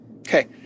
Okay